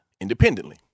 independently